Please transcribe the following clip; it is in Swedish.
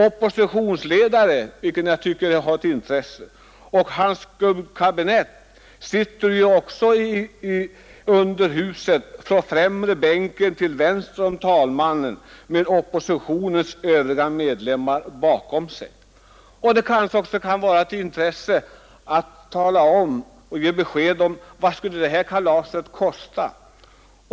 Oppositionsledaren, vilket jag tycker är av intresse, och hans skuggkabinett sitter ju också i underhuset på främre bänken till vänster om talmannen med oppositionens övriga medlemmar bakom sig. Det kanske också skulle vara av intresse att få besked om vad det här kalaset skulle kosta.